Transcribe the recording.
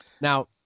Now